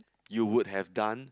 you would have done